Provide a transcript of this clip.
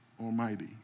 Almighty